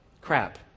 Crap